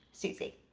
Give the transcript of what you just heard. susie.